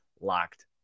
Locked